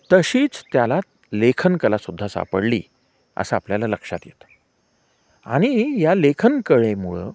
तशीच त्याला लेखनकलासुद्धा सापडली असं आपल्याला लक्षात येतं आणि या लेखनकलेमुळं